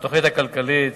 והתוכנית הכלכלית.